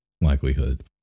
likelihood